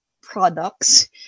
products